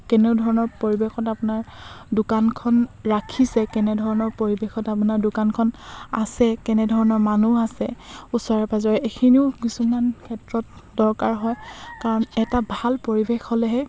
কেনেধৰণৰ পৰিৱেশত আপোনাৰ দোকানখন ৰাখিছে কেনেধৰণৰ পৰিৱেশত আপোনাৰ দোকানখন আছে কেনেধৰণৰ মানুহ আছে ওচৰে পাঁজৰে এইখিনিও কিছুমান ক্ষেত্ৰত দৰকাৰ হয় কাৰণ এটা ভাল পৰিৱেশ হ'লেহে